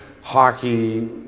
Hockey